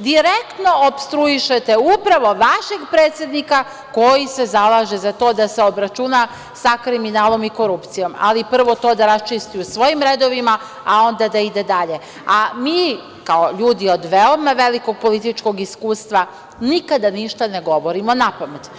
direktno opstruišete upravo vašeg predsednika koji se zalaže za to da se obračuna sa kriminalom i korupcijom, ali prvo to da raščisti u svojim redovima, a onda da ide dalje, a mi, kao ljudi od veoma velikog političkog iskustva, nikada ništa ne govorimo na pamet.